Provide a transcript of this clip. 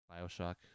Bioshock